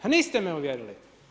A niste me uvjerili.